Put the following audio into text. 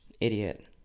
idiot